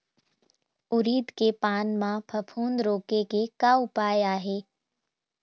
उरीद के पान म फफूंद रोके के का उपाय आहे?